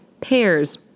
pears